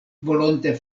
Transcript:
volonte